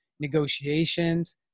negotiations